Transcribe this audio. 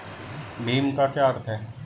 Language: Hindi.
भीम का क्या अर्थ है?